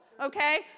okay